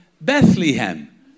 Bethlehem